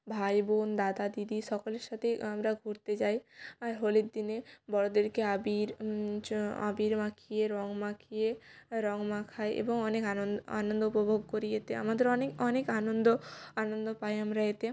ভাই বোন দাদা দিদি সকলের সাথে আমরা ঘুরতে যাই আর হোলির দিনে বড়োদেরকে আবির চ আবির মাখিয়ে রঙ মাখিয়ে রঙ মাখাই এবং অনেক আনন্দ উপভোগ করি এতে আমাদের অনেক অনেক আনন্দ আনন্দ পাই আমরা এতে